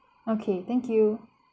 okay thank you